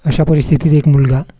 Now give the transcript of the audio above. अशा परिस्थितीत एक मुलगा